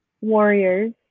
Warriors